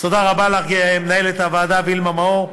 אז תודה רבה לך, מנהלת הוועדה וילמה מאור,